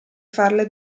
farle